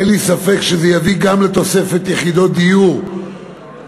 אין לי ספק שזה יביא לתוספת יחידות דיור באותן